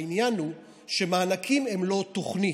העניין הוא שמענקים הם לא תוכנית.